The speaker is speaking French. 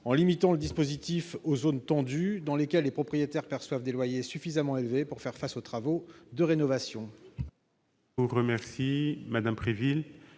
de limiter le dispositif aux zones tendues dans lesquelles les propriétaires perçoivent des loyers suffisamment élevés pour faire face aux travaux de rénovation.